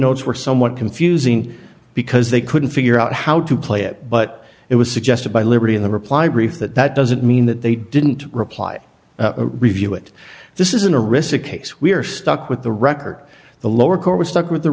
somewhat confusing because they couldn't figure out how to play it but it was suggested by liberty in the reply brief that that doesn't mean that they didn't reply review it this isn't a risk case we're stuck with the record the lower court was stuck with